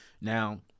Now